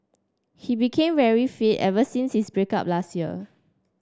he became very fit ever since his break up last year